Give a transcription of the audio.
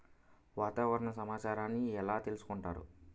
వాతావరణ సమాచారాన్ని ఎలా తెలుసుకుంటారు?